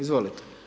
Izvolite.